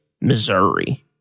missouri